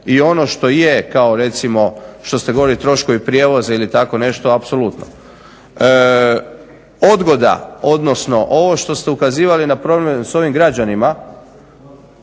I ono što je kao recimo što ste govorili troškovi prijevoza ili tako nešto apsolutno. Odgoda odnosno ovo što ste ukazivali na promjenu s ovim građanima,